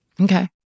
Okay